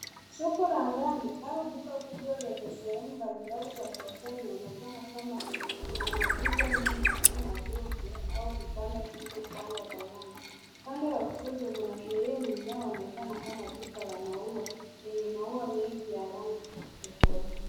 Soko la ndani au duka kubwa lenye sehemu mbalimbali za biashara linaonekana kama kuna maduka mengi madogo au vibanda vilivyopangwa pamoja. Upande wa kushoto kuna sehemu inayoonekana kama duka la maua, lenye maua mengi ya rangi tofauti.